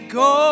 go